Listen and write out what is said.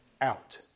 out